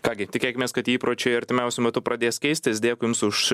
ką gi tikėkimės kad įpročiai artimiausiu metu pradės keistis dėkui jums už